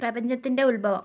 പ്രപഞ്ചത്തിന്റെ ഉത്ഭവം